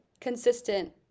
consistent